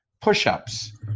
push-ups